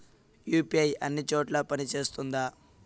UPI అన్ని చోట్ల పని సేస్తుందా?